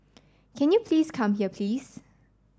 can you please come here please